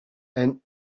and